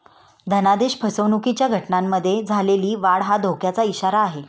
धनादेश फसवणुकीच्या घटनांमध्ये झालेली वाढ हा धोक्याचा इशारा आहे